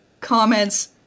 comments